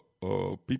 people